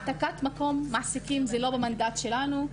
כן,